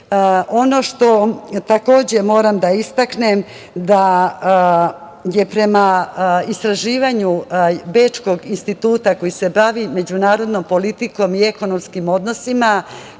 što takođe moram da istaknem da je prema istraživanju Bečkog instituta koji se bavi međunarodnom politikom i ekonomskim odnosima